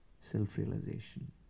self-realization